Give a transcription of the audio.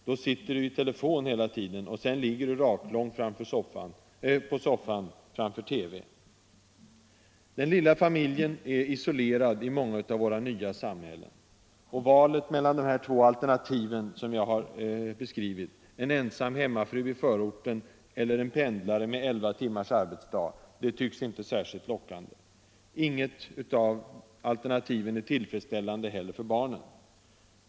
”Då sitter du i telefonen hela tiden, och sen ligger du raklång på soffan framför Ra Den lilla familjen är isolerad i många av våra nya samhällen. Valet mellan de här två alternativen som jag har beskrivit — ensam hemmafru i förorten eller en pendlare med elva timmars arbetsdag — tycks inte särskilt lockande. Inget av dem är heller tillfredsställande för barnen.